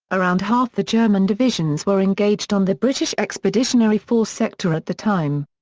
around half the german divisions were engaged on the british expeditionary force sector at the time.